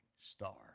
star